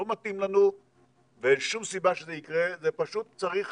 לא מתאים לנו ואין שום סיבה שזה יקרה, פשוט צריך